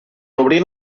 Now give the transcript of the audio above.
obrir